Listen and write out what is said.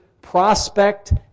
prospect